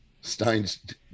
Stein's